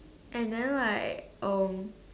and then like